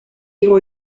igo